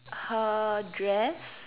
her dress